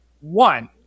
One